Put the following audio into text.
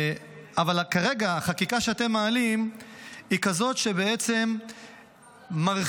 אבל כרגע החקיקה שאתם מעלים היא כזאת שבעצם מרחיבה